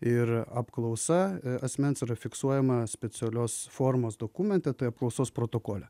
ir apklausa asmens yra fiksuojama specialios formos dokumente tai apklausos protokole